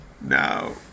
No